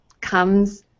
comes